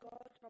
God